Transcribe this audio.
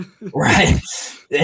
Right